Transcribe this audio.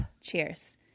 Cheers